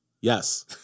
Yes